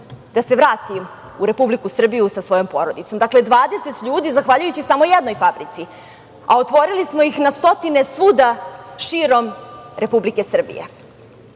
da se vrati u Republiku Srbiju sa svojim porodicama. Dakle, 20 ljudi zahvaljujući samo jednoj fabrici, a otvorili smo ih na stotine svuda širom Republike Srbije. Potpuno